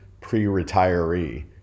pre-retiree